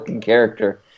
character